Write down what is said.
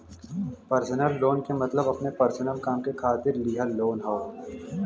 personal loan क मतलब अपने पर्सनल काम के खातिर लिहल लोन हौ